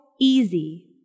easy